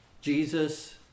Jesus